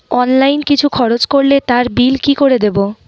Online কিছু খরচ করলে তার বিল কি করে দেবো?